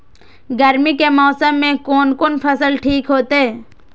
गर्मी के मौसम में कोन कोन फसल ठीक होते?